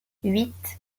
huit